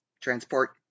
transport